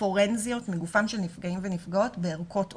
פורנזיות מגופם של נפגעים ונפגעות בערכות אונס.